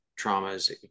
traumas